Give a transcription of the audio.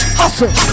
hustle